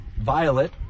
Violet